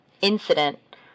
incident